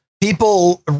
people